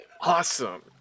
awesome